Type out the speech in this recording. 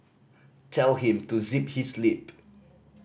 tell him to zip his lip